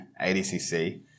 ADCC